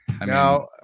now